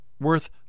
worth